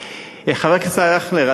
חבר הכנסת הרב אייכלר,